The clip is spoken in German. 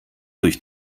durch